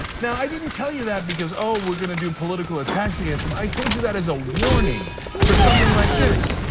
now, i didn't tell you that because, we're gonna do political attacks against him. i told you that as a warning for something like this.